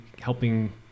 helping